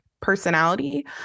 personality